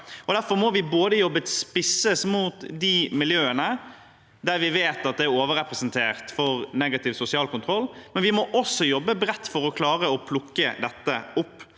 Derfor må vi både jobbe spisset mot de miljøene vi vet er overrepresentert når det gjelder negativ sosial kontroll, og vi må også jobbe bredt for å klare å plukke dette opp.